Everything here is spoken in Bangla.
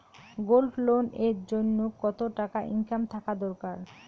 গোল্ড লোন এর জইন্যে কতো টাকা ইনকাম থাকা দরকার?